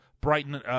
Brighton –